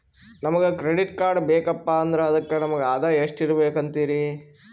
ನಮಗ credit card ಬೇಕಪ್ಪ ಅಂದ್ರ ಅದಕ್ಕ ನಮಗ ಆದಾಯ ಎಷ್ಟಿರಬಕು ಅಂತೀರಿ?